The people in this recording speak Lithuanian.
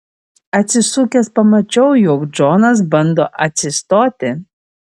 atsisukęs pamačiau jog džonas bando atsistoti